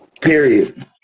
Period